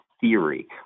theory